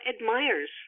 admires